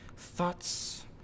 Thoughts